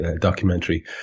documentary